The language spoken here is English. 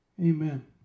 Amen